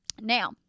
Now